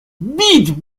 бить